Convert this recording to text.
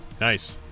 Nice